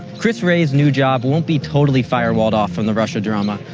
chris wray's new job won't be totally firewalled off from the russia drama.